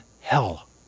hell